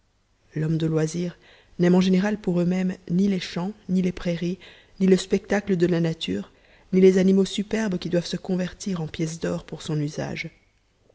l'homme de loisir n'aime en général pour eux-mêmes ni les champs ni les prairies ni le spectacle de la nature ni les animaux superbes qui doivent se convertir en pièces d'or pour son usage